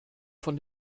von